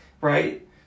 right